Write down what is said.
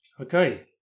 Okay